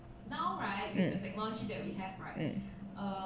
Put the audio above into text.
um um